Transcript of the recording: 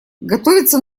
готовится